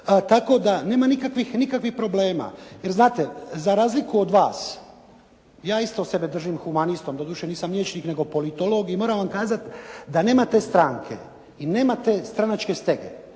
tako da nema nikakvih problema. Jer znate, za razliku od vas ja isto sebe držim humanistom. Doduše nisam liječnik, nego politolog i moram vam kazat da nema te stranke i nema te stranačke stege